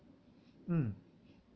mm